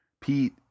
Pete